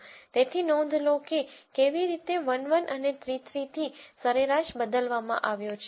તેથી નોંધ લો કે કેવી રીતે 1 1 અને 3 3 થી સરેરાશ બદલવામાં આવ્યો છે